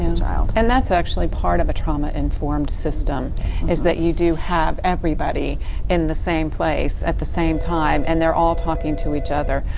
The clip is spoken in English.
and and that's actually part of a trauma informed system is that you do have everybody in the same place at the same time and they're all talking to each other.